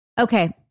Okay